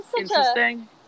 interesting